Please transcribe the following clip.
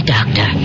Doctor